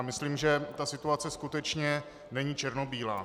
Myslím, že situace skutečně není černobílá.